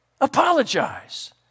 apologize